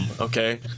okay